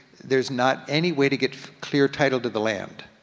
there's not any way to get clear title to the land.